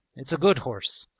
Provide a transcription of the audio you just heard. it's a good horse.